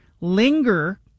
linger